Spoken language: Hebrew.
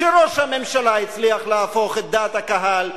שראש הממשלה הצליח להפוך את דעת הקהל,